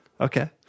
Okay